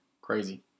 Crazy